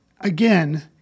Again